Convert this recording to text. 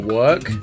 work